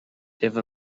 ever